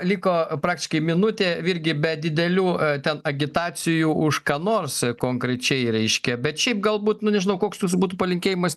liko praktiškai minutė virgi be didelių ten agitacijų už ką nors konkrečiai reiškia bet šiaip galbūt nu nežinau koks jūsų būtų palinkėjimas